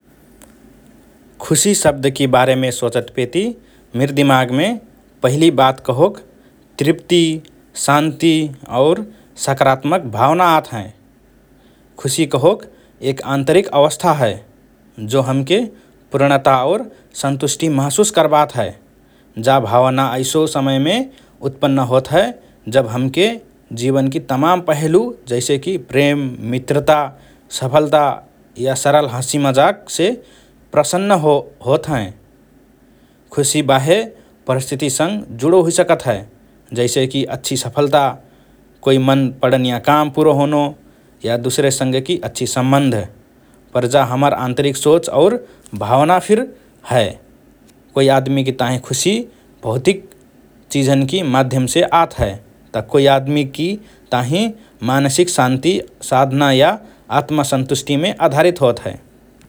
“खुशी” शब्दकि बारेमे सोचतपेति मिर दिमागमे पहिलि बात कहोक तृप्ति, शान्ति और सकारात्मक भावना आत हए । खुशी कहोक एक आन्तरिक अवस्था हए, जो हमके पूर्णता और सन्तुष्टि महसुस करबात हए । जा भावना ऐसो समयमे उत्पन्न होत हए जब हमके जीवनकि तमाम पहेलु जैसेकि प्रेम, मित्रता, सफलता या सरल हाँसीमजाकसे प्रसन्न हो होत हएँ । खुशी बाह्य परिस्थितिसँग जुडो हुइसकत हए, जैसेकि अच्छी सफलता, कोइ मन पडनिया काम पुरा होनो, या दुसरेसँगकि अच्छि सम्बन्ध । पर जा हमर आन्तरिक सोच और भावना फिर हए । कोइ आदमिकि ताहिँ खुशी भौतिक जिझन्कि माध्यमसे आत हए त कोइ आदमिकि ताहिँ मानसिक शान्ति, साधना या आत्मसंतुष्टिमे आधारित होत हए ।